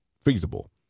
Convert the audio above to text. feasible